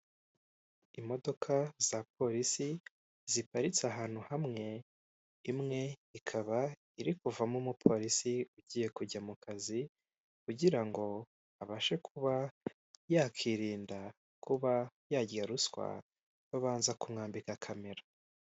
Imodoka za polisi ziparitse ahantu hamwe, imwe ikaba iri kuvamo umupolisi ugiye kujya mu kazi, kugira ngo abashe kuba yakirinda kuba yarya ruswa babanza kumwambika kamera.